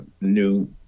new